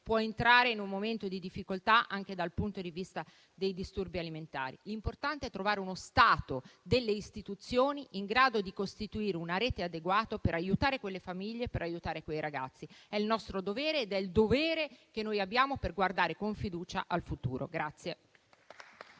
può avere un momento di difficoltà, anche dal punto di vista dei disturbi alimentari. L'importante è trovare uno Stato, delle istituzioni, in grado di costituire una rete adeguata per aiutare quelle famiglie e quei ragazzi. È nostro dovere ed è il dovere che noi abbiamo per guardare con fiducia al futuro.